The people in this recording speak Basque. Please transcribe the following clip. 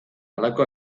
halako